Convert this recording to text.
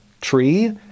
tree